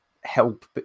help